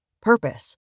Purpose